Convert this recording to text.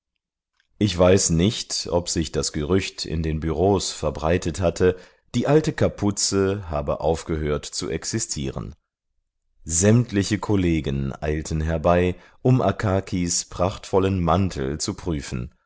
ich weiß nicht ob sich das gerücht in den büros verbreitet hatte die alte kapuze habe aufgehört zu existieren sämtliche kollegen eilten herbei um akakis prachtvollen mantel zu prüfen